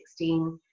2016